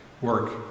work